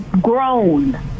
grown